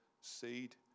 seed